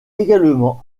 également